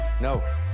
no